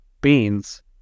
beans